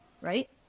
right